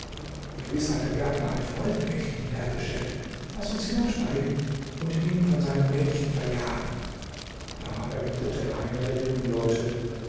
gewiß hat der gärtner ein freudenmädchen hierher bestellt laß uns hinabsteigen und ihn von seinem mädchen verjagen da erwiderte einer der jungen leute